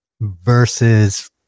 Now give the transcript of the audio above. versus